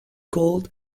called